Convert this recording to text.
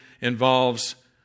involves